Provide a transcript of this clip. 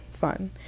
fun